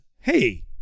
hey